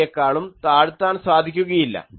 5dB യേക്കാളും താഴ്ത്താൻ സാധിക്കുകയില്ല